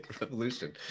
revolution